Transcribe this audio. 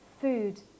food